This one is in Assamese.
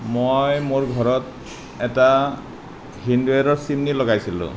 মই মোৰ ঘৰত এটা হিণ্ডৱেৰৰ চিমনি লগাইছিলোঁ